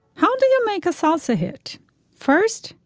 how do you make a salsa hit first.